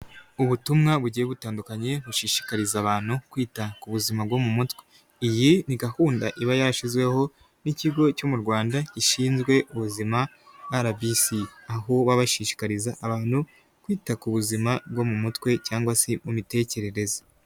Ubutumwa bugiye butandukanye bushishikariza abantu kwita ku buzima bwo mu mutwe, iyi ni gahunda iba yashyizweho n'ikigo cyo mu Rwanda gishinzwe ubuzima RBC aho baba bashishikariza abantu kwita ku buzima bwo mu mutwe cyangwa se mu mitekerereze.